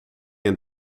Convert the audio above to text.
een